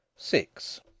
Six